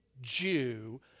Jew